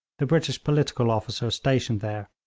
the british political officer stationed there,